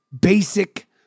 basic